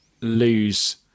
lose